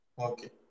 Okay